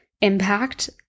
impact